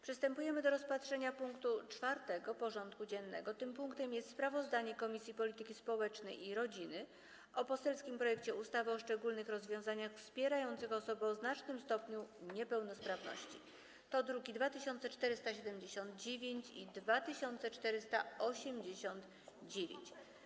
Przystępujemy do rozpatrzenia punktu 4. porządku dziennego: Sprawozdanie Komisji Polityki Społecznej i Rodziny o poselskim projekcie ustawy o szczególnych rozwiązaniach wspierających osoby o znacznym stopniu niepełnosprawności (druki nr 2479 i 2489)